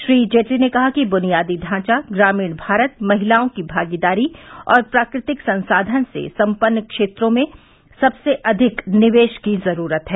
श्री जेटली ने कहा कि बुनियादी ढांचा ग्रामीण भारत महिलाओं की भागीदारी और प्राकृतिक संसाधन से संपन्न क्षेत्रों में सबसे अधिक निवेश की जरूरत है